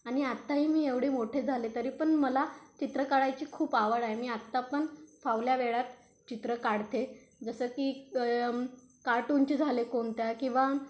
आणि आत्ताही मी एवढे मोठे झाले तरी पण मला चित्र काढायची खूप आवड आहे मी आत्ता पण फावल्या वेळात चित्र काढते जसं की कार्टूनचे झाले कोणत्या किंवा